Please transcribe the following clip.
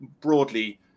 broadly